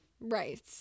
right